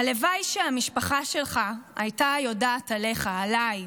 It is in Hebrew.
הלוואי שהמשפחה שלך הייתה יודעת עליך, עליי.